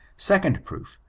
second proof.